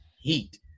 heat